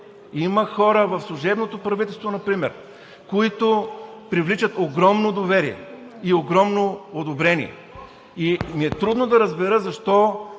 има хора в служебното правителство например, които привличат огромно доверие и огромно одобрение. Трудно ми е да разбера: защо